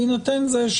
בהינתן זה,